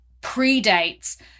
predates